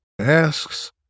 asks